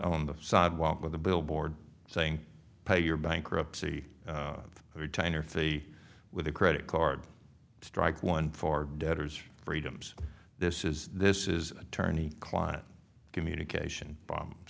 on the sidewalk with a billboard saying pay your bankruptcy retainer fee with a credit card strike one for debtors freedoms this is this is attorney client communication bombs